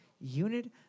unit